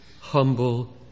humble